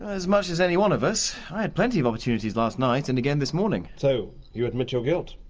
as much as any one of us. i had plenty of opportunities last night, and again this morning. so, you admit your guilt!